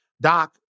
Doc